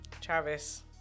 Travis